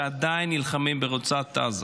שעדיין נלחמים ברצועת עזה.